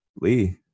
Lee